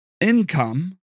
income